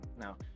Now